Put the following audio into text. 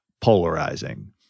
polarizing